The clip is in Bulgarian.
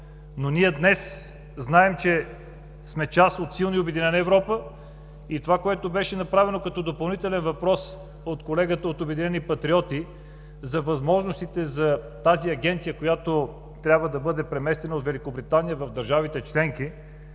Ние днес обаче знаем, че сме част от силна и обединена Европа. Това, което беше отправено като допълнителен въпрос от колегите от Обединените патриоти – за възможностите агенцията да бъде преместена от Великобритания към държавите членки,